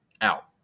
out